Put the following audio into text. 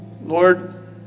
Lord